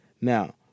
now